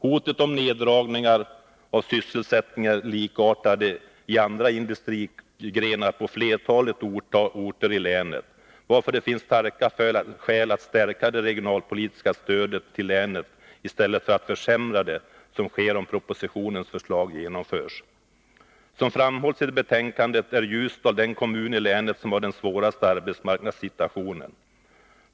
Hotet om neddragningar av sysselsättningen är likartat i andra industrigrenar på flertalet orter i länet, varför det finns starka skäl för att stärka det regionalpolitiska stödet till länet i stället för att försämra det, som sker om propositionens förslag genomförs. Som framhålls i betänkandet är Ljusdal den kommun i länet som har den svåraste arbetsmarknadssituationen.